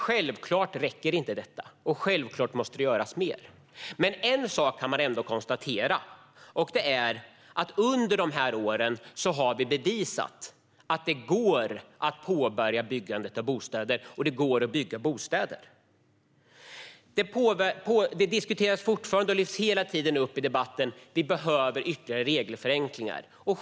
Självklart räcker inte detta. Självklart måste det göras mer. Men man kan ändå konstatera att vi under dessa år har bevisat att det går att påbörja byggandet av bostäder och att det går att bygga bostäder. Det diskuteras fortfarande och lyfts hela tiden upp i debatten att vi behöver ytterligare regelförenklingar.